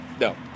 No